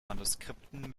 manuskripten